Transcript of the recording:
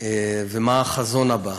מה השותפות הבאה ומה החזון הבא.